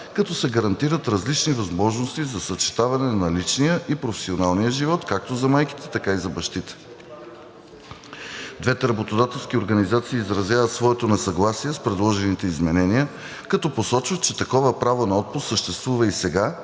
като се гарантират различни възможности за съчетаване на личния и професионалния живот както за майките, така и за бащите. Двете работодателски организации изразяват своето несъгласие с предложените изменения, като посочват, че такова право на отпуск съществува и сега